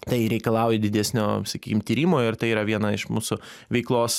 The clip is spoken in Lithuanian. tai reikalauja didesnio sakykim tyrimo ir tai yra viena iš mūsų veiklos